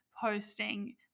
posting